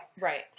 Right